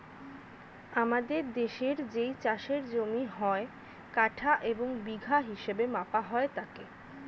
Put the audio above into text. আমাদের দেশের যেই চাষের জমি হয়, কাঠা এবং বিঘা হিসেবে মাপা হয় তাকে